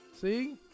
See